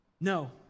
No